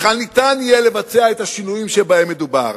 בכלל יהיה אפשר לבצע את השינויים שבהם מדובר,